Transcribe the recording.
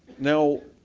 now,